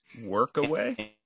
Workaway